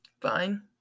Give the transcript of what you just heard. Fine